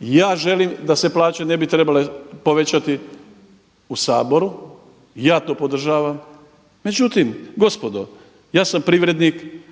ja želim da se plaće ne bi trebale povećati u Saboru, ja to podržavam. Međutim, gospodo, ja sam privrednik,